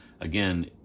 again